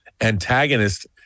antagonist